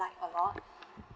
like a lot